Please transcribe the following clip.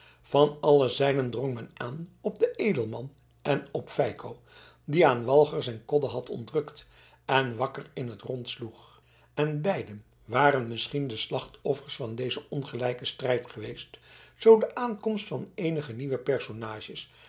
van alle zijden drong men aan op den edelman en op feiko die aan walger zijn kodde had ontrukt en wakker in het rond sloeg en beiden waren misschien de slachtoffers van dezen ongelijken strijd geweest zoo de aankomst van eenige nieuwe personages